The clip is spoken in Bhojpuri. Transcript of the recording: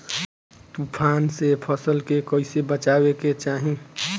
तुफान से फसल के कइसे बचावे के चाहीं?